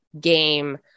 game